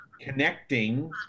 connecting